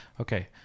Okay